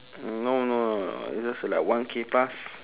no no it's just like one K plus